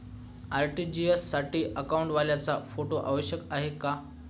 RTGS साठी अकाउंटवाल्याचा photo आवश्यक आहे का?